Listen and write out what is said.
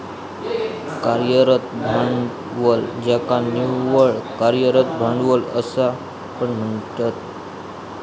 कार्यरत भांडवल ज्याका निव्वळ कार्यरत भांडवल असा पण म्हणतत